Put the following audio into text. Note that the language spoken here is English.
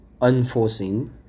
unforcing